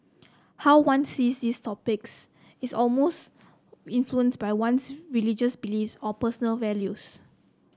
how one sees these topics is almost influenced by one's religious beliefs or personal values